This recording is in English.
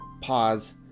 Pause